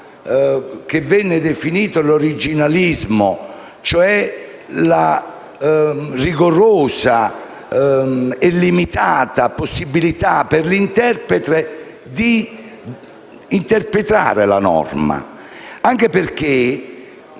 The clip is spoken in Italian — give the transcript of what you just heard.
che è stato definito l'originalismo, e cioè la rigorosa e limitata possibilità per l'interprete di interpretare la norma. Un'eventuale